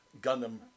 Gundam